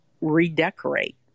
redecorate